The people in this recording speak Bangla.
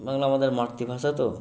বাংলা আমাদের মাতৃভাষা তো